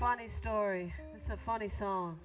funny story it's a funny so